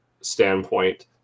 standpoint